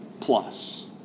Plus